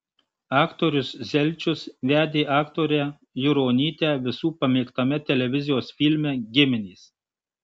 aktorius zelčius vedė aktorę juronytę visų pamėgtame televizijos filme giminės